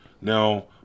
now